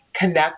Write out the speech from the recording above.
connect